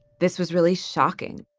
this was really shocking